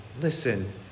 Listen